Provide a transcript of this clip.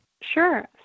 Sure